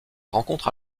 rencontre